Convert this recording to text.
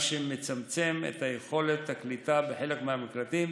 מה שמצמצם את יכולת הקליטה בחלק מהמקלטים,